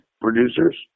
producers